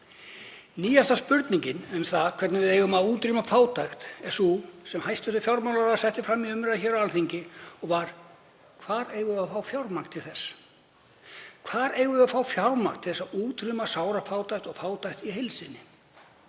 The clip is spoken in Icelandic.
Nýjasta spurningin varðandi það hvernig við eigum að útrýma fátækt er sú sem hæstv. fjármálaráðherra setti fram í umræðu hér á Alþingi: Hvar eigum við að fá fjármagn til þess? Hvar eigum við að fá fjármagn til þess að útrýma sárafátækt og fátækt í heild sinni?